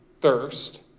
thirst